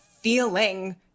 feeling